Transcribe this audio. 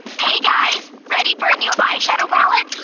hey, guys! ready for a new eyeshadow palette?